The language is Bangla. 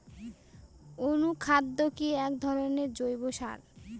অনুখাদ্য কি এক ধরনের জৈব সার?